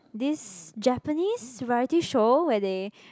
this Japanese variety show where they